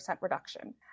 reduction